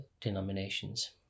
denominations